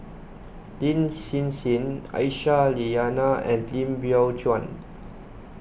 Lin Hsin Hsin Aisyah Lyana and Lim Biow Chuan